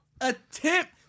attempt